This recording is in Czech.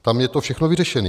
Tam je to všechno vyřešené.